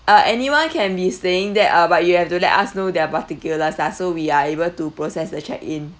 ah anyone can be staying there uh but you have to let us know their particulars lah so we are able to process a check in